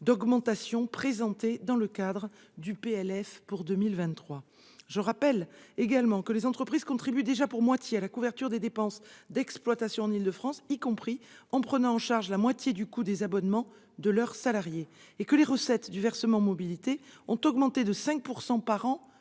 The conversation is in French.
d'augmentation qui a été proposée dans le cadre du PLF pour 2023. Je rappelle également que les entreprises contribuent déjà pour moitié à la couverture des dépenses d'exploitation en Île-de-France, en prenant notamment à leur charge la moitié du coût des abonnements de leurs salariés. En outre, les recettes du versement mobilité ont augmenté de 5 % par an